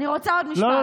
אני רוצה עוד משפט.